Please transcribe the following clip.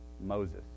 Moses